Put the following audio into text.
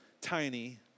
tiny